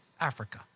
Africa